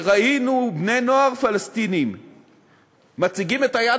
כשראינו בני נוער פלסטינים מציגים את היד